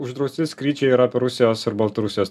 uždrausti skrydžiai yra per rusijos ir baltarusijos